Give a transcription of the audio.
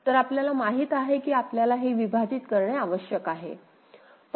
तर आपल्याला माहित आहे की आपल्याला हे विभाजित करणे आवश्यक आहे